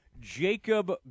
Jacob